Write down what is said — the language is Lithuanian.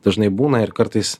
dažnai būna ir kartais